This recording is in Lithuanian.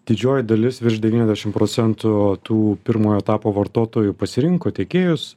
didžioji dalis virš devyniasdešim procentų tų pirmojo etapo vartotojų pasirinko tiekėjus